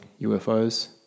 UFOs